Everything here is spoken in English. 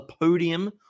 podium